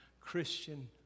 Christian